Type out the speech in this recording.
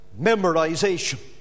memorization